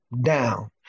down